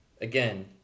again